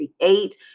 create